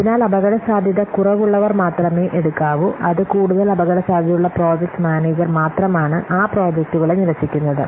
അതിനാൽ അപകടസാധ്യത കുറവുള്ളവർ മാത്രമേ എടുക്കാവൂ അത് കൂടുതൽ അപകടസാധ്യതയുള്ള പ്രോജക്ട് മാനേജർ മാത്രമാണ് ആ പ്രോജക്റ്റുകളെ നിരസിക്കുന്നത്